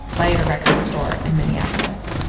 play at a record store in minneapolis.